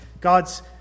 God's